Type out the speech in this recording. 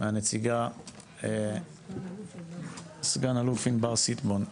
מהנציגה סגן אלוף ענבר סטבון,